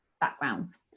backgrounds